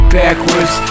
backwards